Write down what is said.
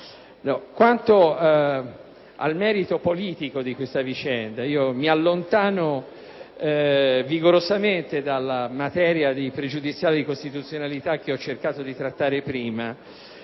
Quanto al merito politico di questa vicenda, mi allontano vigorosamente dalla materia dell'incostituzionalità che ho cercato di trattare in